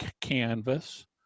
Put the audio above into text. canvas